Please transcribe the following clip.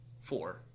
Four